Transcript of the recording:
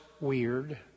weird